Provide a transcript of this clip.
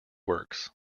works